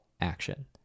action